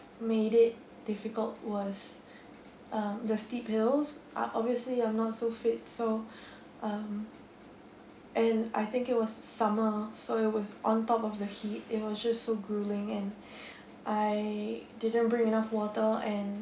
made it difficult was uh the steep hills uh obviously I'm not so fit so um and I think it was summer so it was on top of the heat it was just so gruelling and I didn't bring enough water and